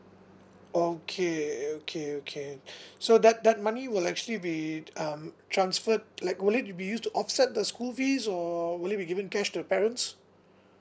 okay okay okay so that that money will actually be um transferred like will it be used to offset the school fees or will it be given cash to the parents